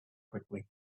quickly